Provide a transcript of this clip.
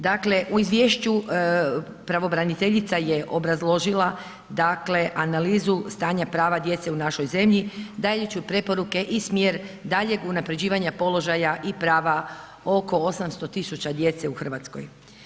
Dakle, u izvješću pravobraniteljica je obrazložila, dakle, analizu stanja prava djece u našoj zemlji dajući preporuke i smjer daljnjeg unaprjeđivanja položaja i prava oko 800 000 djece u RH.